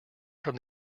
from